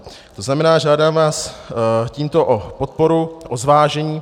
To znamená, žádám vás tímto o podporu, o zvážení.